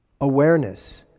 awareness